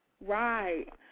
Right